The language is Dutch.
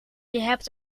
hebt